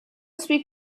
speak